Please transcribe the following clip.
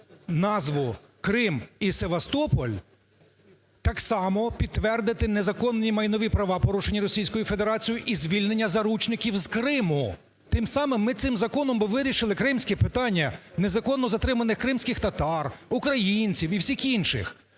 назву Крим і Севастополь, так само підтвердити незаконні майнові права, порушені Російською Федерацією і звільнення заручників з Криму? Тим самим ми цим законом вирішили б кримське питання незаконно затриманих кримських татар, українців і всіх інших.